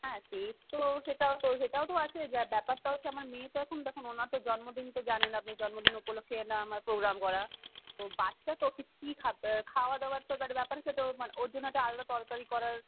হ্যাঁ সে তো সেটাও তো সেটাও তো আছে যা ব্যাপারটা হচ্ছে আমার মেয়ে তো এখন তো ওনার তো জন্মদিন তো জানেন আপনি জন্মদিন উপলক্ষে এটা আমার প্রোগ্রাম করা তো বাচ্চা তো কিছ কী খাব খাওয়া দাওয়ার তো এবার ব্যাপার সে তো মানে ওর জন্য একটা আলাদা তরকারি করার